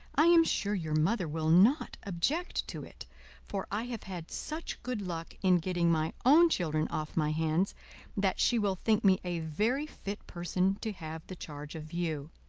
i am sure your mother will not object to it for i have had such good luck in getting my own children off my hands that she will think me a very fit person to have the charge of you